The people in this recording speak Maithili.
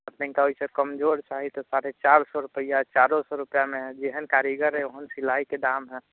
आओर नहि तऽ ओहिसँ कमजोर चाही तऽ साढ़े चारि सओ रुपैआ चारि सओ रुपैआमे जेहन कारीगर अइ ओहन सिलाइके दाम अइ